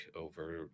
over